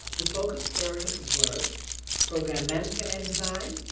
the focus areas were program management and design,